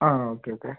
ആ ആ okay okay